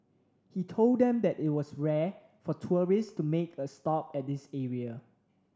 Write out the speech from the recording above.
he told them that it was rare for tourists to make a stop at this area